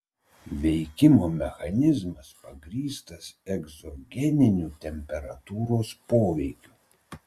veikimo mechanizmas pagrįstas egzogeniniu temperatūros poveikiu